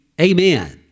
Amen